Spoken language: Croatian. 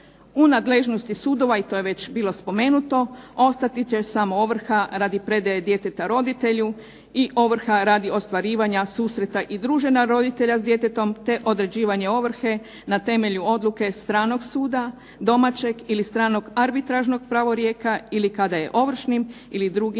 U nadležnosti sudova, i to je već bilo spomenuto, ostat će samo ovrha radi predaje djeteta roditelju i ovrha radi ostvarivanja susreta i druženja roditelja s djetetom, te određivanje ovrhe na temelju stranog suda, domaćeg ili stranog arbitražnog pravorijeka ili kada je ovršnim ili drugim